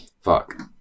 fuck